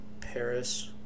Paris